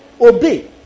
Obey